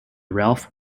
ralph